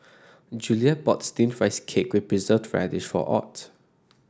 Juliet bought steamed Rice Cake with Preserved Radish for Ott